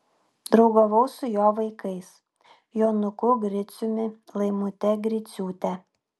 draugavau su jo vaikais jonuku griciumi laimute griciūte